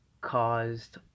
caused